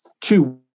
two